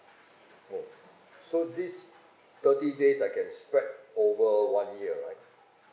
oh so this thirty days I can spread over one year right